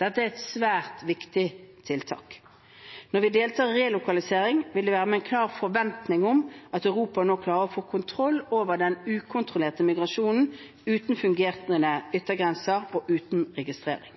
Dette er et svært viktig tiltak. Når vi deltar i relokalisering, vil det være med en klar forventning om at Europa nå klarer å få kontroll over den ukontrollerte migrasjonen uten fungerende yttergrenser og